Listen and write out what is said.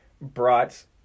brought